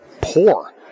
poor